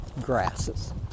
grasses